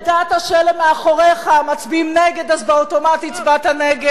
שאלה מאחוריך מצביעים נגד אז באוטומט הצבעת נגד,